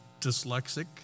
dyslexic